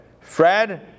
Fred